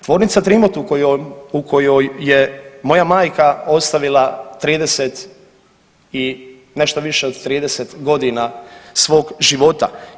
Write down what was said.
Tvornica Trimot u kojoj je moja majka ostavila 30, nešto više od 30 godina svog života.